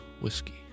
whiskey